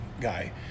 guy